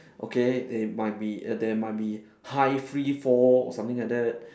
okay they might be there might be high free fall something like that